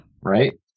Right